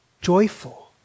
joyful